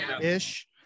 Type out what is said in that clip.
ish